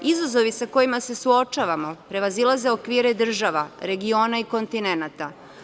Izazovi sa kojima se suočavamo prevazilaze okvire država, regiona i kontinenata.